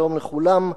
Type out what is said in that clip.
שלום לכולם,